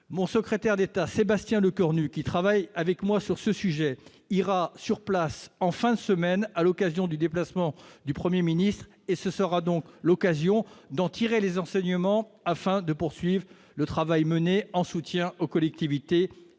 Mon secrétaire d'État, Sébastien Lecornu, qui travaille avec moi sur ce sujet, ira sur place en fin de semaine à l'occasion du déplacement du Premier ministre. Ce sera l'occasion de tirer les enseignements du passé, afin de poursuivre le travail mené en soutien aux collectivités